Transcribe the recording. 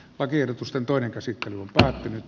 lakiehdotusten toinen käsittely on päättynyt